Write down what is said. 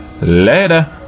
Later